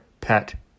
pet